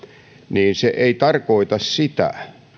niin se ei tarkoita sitä